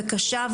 וקשה,